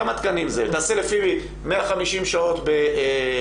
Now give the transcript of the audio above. תחשב לפי 150 שעות חודשיות.